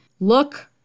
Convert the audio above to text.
look